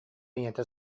ийэтэ